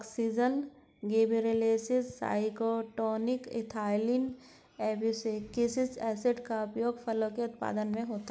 auxin, gibberellins, cytokinin, ethylene, abscisic acid का उपयोग फलों के उत्पादन में होता है